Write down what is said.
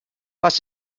was